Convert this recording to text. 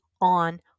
on